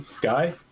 guy